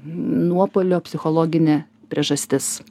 nuopolio psichologinė priežastis